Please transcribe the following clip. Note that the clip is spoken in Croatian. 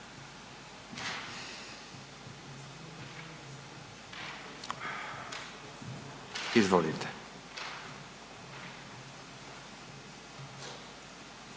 Izvolite.